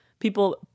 People